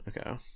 Okay